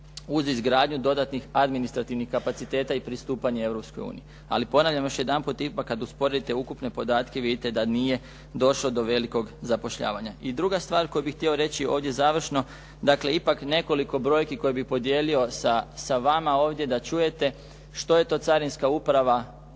uz izgradnju dodatnih administrativnih kapaciteta i pristupanje Europskoj uniji. Ali ponavljam još jedanput, ipak kad usporedite ukupne podatke, vidite da nije došlo do velikog zapošljavanja. I druga stvar koju bih htio reći ovdje završno, dakle ipak nekoliko brojki koje bi podijelio sa vama ovdje da čujete što je to carinska uprava,